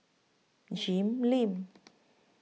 Jim Lim